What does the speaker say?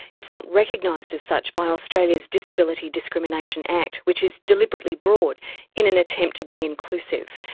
it's not recognised as such by australia's disability discrimination act which is deliberately broad in an attempt to be inclusive.